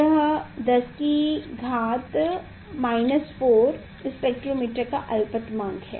यह 10 की घात 4 स्पेक्ट्रोमीटर का अलपतमांक है